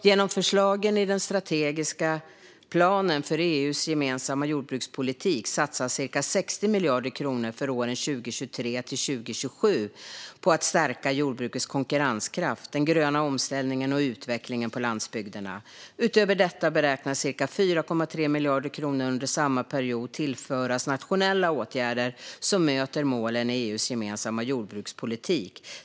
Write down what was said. Genom förslagen i den strategiska planen för EU:s gemensamma jordbrukspolitik satsas cirka 60 miljarder kronor för åren 2023-2027 på att stärka jordbrukets konkurrenskraft, den gröna omställningen och utvecklingen på landsbygderna. Utöver detta beräknas cirka 4,3 miljarder kronor under samma period tillföras nationella åtgärder som möter målen i EU:s gemensamma jordbrukspolitik.